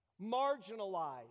marginalized